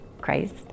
Christ